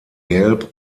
gelb